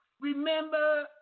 Remember